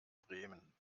bremen